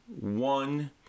one